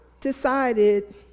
decided